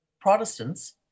Protestants